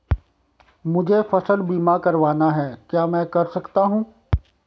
मुझे फसल बीमा करवाना है क्या मैं कर सकता हूँ?